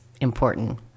important